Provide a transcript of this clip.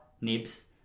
nibs